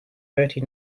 thirty